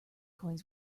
coins